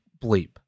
bleep